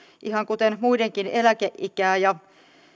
ihan kuten muidenkin eläkeikää ja